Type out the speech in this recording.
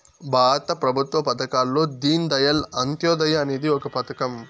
భారత ప్రభుత్వ పథకాల్లో దీన్ దయాళ్ అంత్యోదయ అనేది ఒక పథకం